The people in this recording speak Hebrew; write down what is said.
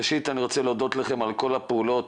אני רוצה להודות לכם על כל הפעולות